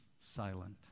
silent